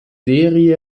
serie